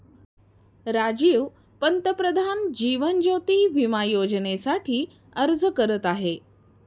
राजीव पंतप्रधान जीवन ज्योती विमा योजनेसाठी अर्ज करत आहे